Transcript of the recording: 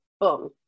boom